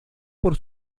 por